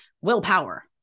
willpower